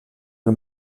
del